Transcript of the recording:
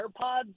AirPods